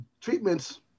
treatments